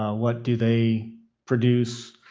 what do they produce?